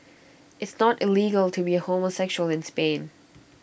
it's not illegal to be A homosexual in Spain